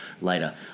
later